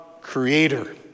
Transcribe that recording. creator